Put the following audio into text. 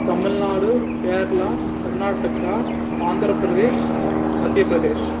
Tamil Nadu Kerala Karnataka Andhra Pradesh Madhya Pradesh